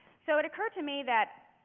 so it occurred to me that